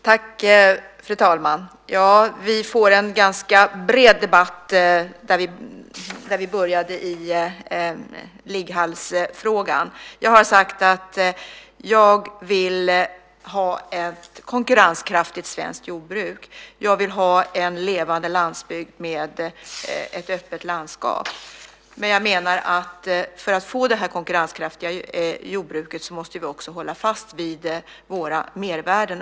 Fru talman! Vi får en ganska bred debatt, men vi började i ligghallsfrågan. Jag har sagt att jag vill ha ett konkurrenskraftigt svenskt jordbruk. Jag vill ha en levande landsbygd med ett öppet landskap. Men jag menar att vi för att vi ska få det här konkurrenskraftiga jordbruket också måste hålla fast vid våra mervärden.